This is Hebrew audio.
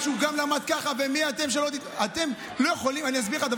אתם כועסים?